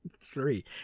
three